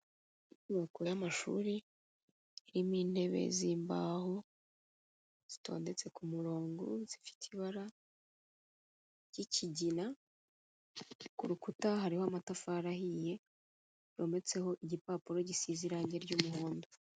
Inyubako y'amashuri, irimo intebe z'imbaho zitondetse ku murongo zifite ibara ry'ikigina, ku rukuta hariho amatafari ahiye yometseho igipapuro gisize irangi ry'umuhondo.